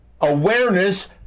Awareness